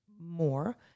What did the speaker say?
more